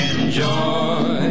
Enjoy